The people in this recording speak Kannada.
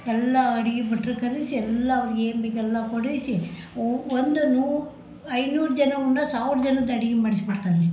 ಎಲ್ಲ ಅಡಿಗೆ ಭಟ್ಟರು ಕರೆಸ್ ಎಲ್ಲ ಅವ್ರ್ಗೆ ಏನು ಬೇಕು ಎಲ್ಲ ಕೊಡಿಸಿ ಒಂದು ನೂರು ಐನೂರು ಜನ ಉಂಡ್ರೆ ಸಾವಿರ ಜನದ ಅಡಿಗೆ ಮಾಡ್ಸ್ಬಿಡ್ತಾರೆ ರೀ